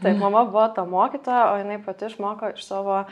taip mama buvo ta mokytoja o jinai pati išmoko iš savo